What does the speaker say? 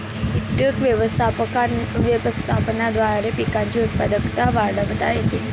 कीटक व्यवस्थापनाद्वारे पिकांची उत्पादकता वाढवता येते